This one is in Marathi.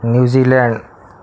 न्यूझिलँड